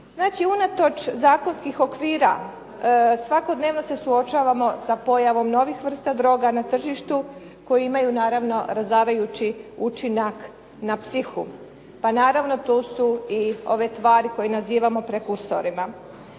Znači unatoč zakonskih okvira svakodnevno se suočavamo sa pojavom novih vrsta droga na tržištu koje imaju razarajući učinak na psihu. Pa naravno tu su i ove tvari koje nazivamo prekursorima.